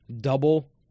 double